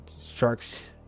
sharks